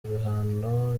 bihano